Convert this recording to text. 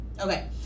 okay